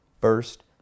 First